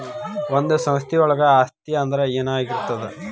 ಒಂದು ಸಂಸ್ಥೆಯೊಳಗ ಆಸ್ತಿ ಅಂದ್ರ ಏನಾಗಿರ್ತದ?